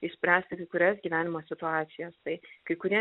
išspręsti kai kurias gyvenimo situacijas tai kai kurie